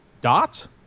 Dots